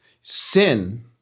Sin